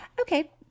Okay